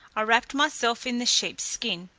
i wrapt myself in the sheep's skin,